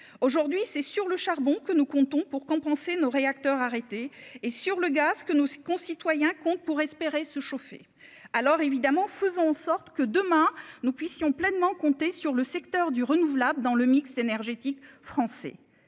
aujourd'hui, c'est sur le charbon que nous comptons pour compenser nos réacteurs arrêtés et sur le gaz que nos concitoyens compte pour espérer se chauffer, alors évidemment, faisons en sorte que demain nous puissions pleinement compter sur le secteur du renouvelable dans le mix énergétique français